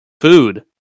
Food